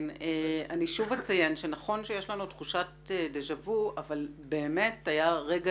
אני שוב אציין שנכון שיש לנו תחושת דז'ה וו אבל באמת היה רגע